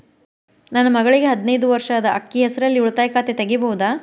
ನನ್ನ ಮಗಳಿಗೆ ಹದಿನೈದು ವರ್ಷ ಅದ ಅಕ್ಕಿ ಹೆಸರಲ್ಲೇ ಉಳಿತಾಯ ಖಾತೆ ತೆಗೆಯಬಹುದಾ?